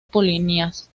polinias